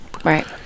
Right